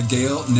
Gail